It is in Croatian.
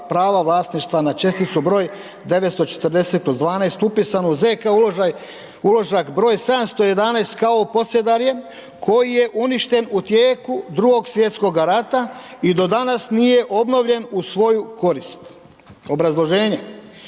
prava vlasništva na česticu broj 940/12 upisanu ZK uložak broj 711 kao Posedarje koji je uništen u tijeku Drugog svjetskoga rata i do danas nije obnovljen u svoju korist. Obrazloženje,